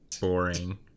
boring